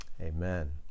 amen